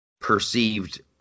perceived